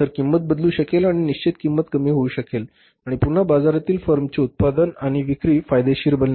तर किंमत बदलू शकेल आणि निश्चित किंमत कमी होऊ शकेल आणि पुन्हा बाजारातील फर्मचे उत्पादन आणि विक्री फायदेशीर बनेल